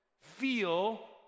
feel